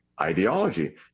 ideology